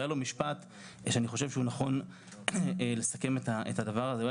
והיה לו משפט שאני חושב שהוא נכון כדי לסכם את הדבר הזה.